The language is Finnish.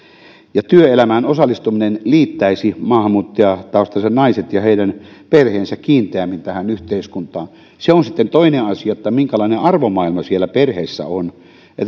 työelämään osallistuminen liittäisi maahanmuuttajataustaiset naiset ja heidän perheensä kiinteämmin tähän yhteiskuntaan se on sitten toinen asia minkälainen arvomaailma siellä perheessä on